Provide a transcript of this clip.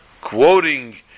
quoting